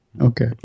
Okay